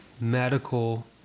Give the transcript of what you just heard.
medical